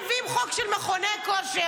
הם מביאים חוק של מכוני כושר.